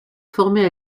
formé